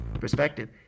perspective